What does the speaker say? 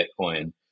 Bitcoin